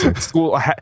School